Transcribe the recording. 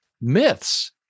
myths